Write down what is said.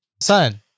son